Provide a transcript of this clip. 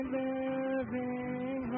living